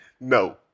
No